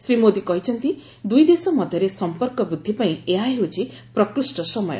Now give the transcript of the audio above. ଶ୍ରୀ ମୋଦୀ କହିଛନ୍ତି ଦୁଇଦେଶ ମଧ୍ୟରେ ସଂପର୍କ ବୃଦ୍ଧି ପାଇଁ ଏହା ହେଉଛି ପ୍ରକୃଷ୍ଟ ସମୟ